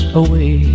away